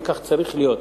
וכך צריך להיות,